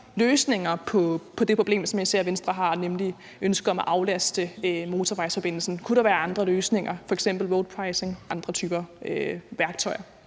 løsninger på det problem, som jeg ser Venstre har, nemlig ønsket om at aflaste motorvejsforbindelsen. Kunne der være andre løsninger, f.eks. roadpricing, eller andre typer værktøjer?